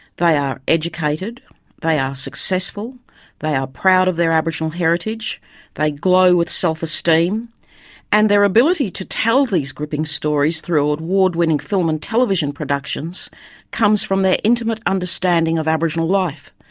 they are educated they are successful they are proud of their aboriginal heritage they glow with self esteem and their ability to tell these gripping stories through award-winning film and television productions comes from their intimate understanding of aboriginal life,